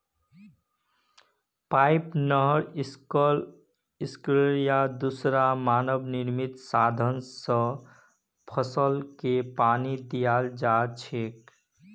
pipe, नहर, sprinkler या दूसरा मानव निर्मित साधन स फसलके पानी दियाल जा छेक